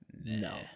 No